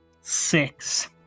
Six